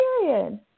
Period